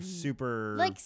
super